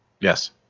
Yes